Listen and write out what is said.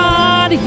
God